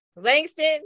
Langston